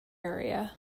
area